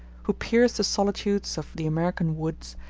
who pierce solitudes of the american woods,